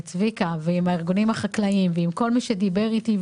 הארגונים החקלאיים וכל מי שדיבר איתי,